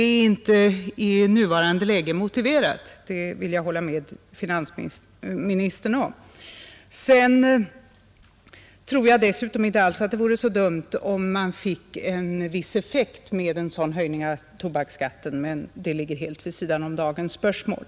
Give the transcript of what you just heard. Det är i nuvarande läge inte motiverat, det vill jag hålla med finansministern om. Dessutom tror jag inte alls att det vore så dumt om man fick en viss effekt med en sådan höjning av tobaksskatten, men det ligger helt vid sidan om dagens spörsmål.